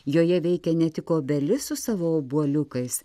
joje veikia ne tik obelis su savo obuoliukais